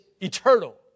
eternal